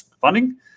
funding